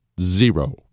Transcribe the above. Zero